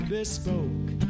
Bespoke